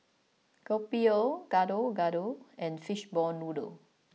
Kopi O Gado Gado and Fishball Noodle